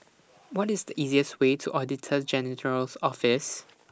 What IS The easiest Way to Auditor General's Office